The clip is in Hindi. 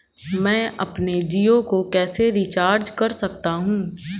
मैं अपने जियो को कैसे रिचार्ज कर सकता हूँ?